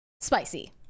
spicy